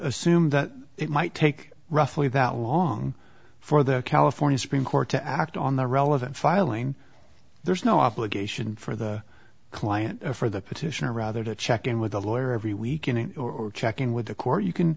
assume that it might take roughly that long for the california supreme court to act on the relevant filing there's no obligation for the client for the petitioner rather to check in with a lawyer every week in it or check in with the court you can